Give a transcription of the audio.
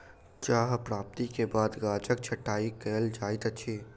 चाह प्राप्ति के बाद गाछक छंटाई कयल जाइत अछि